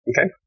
Okay